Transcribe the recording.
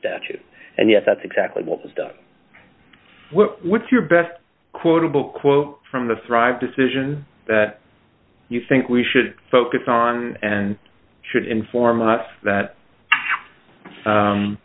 statute and yet that's exactly what was done what's your best quotable quote from the thrive decision that you think we should focus on and should inform us that